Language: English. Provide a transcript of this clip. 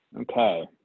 Okay